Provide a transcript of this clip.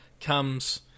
comes